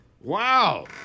Wow